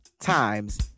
times